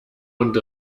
und